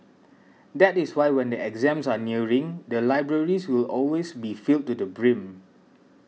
that is why when the exams are nearing the libraries will always be filled to the brim